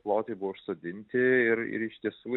plotai buvo užsodinti ir iš tiesų